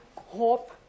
Hope